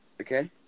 Okay